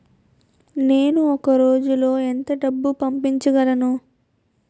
నేను ఒక రోజులో ఎంత డబ్బు పంపించగలను?